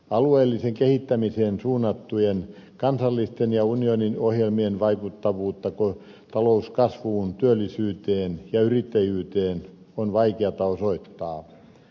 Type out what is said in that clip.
alueellisen kehittämiseen suunnattujen kansallisten ja unionin ohjelmien vaikuttavuutta talouskasvuun työllisyyteen ja yrittäjyyteen on vaikeata osoittaa